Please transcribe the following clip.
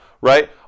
right